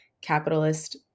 capitalist